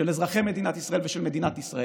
של אזרחי מדינת ישראל ושל מדינת ישראל.